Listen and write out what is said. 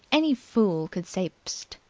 any fool could say psst!